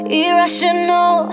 irrational